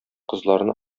кызларны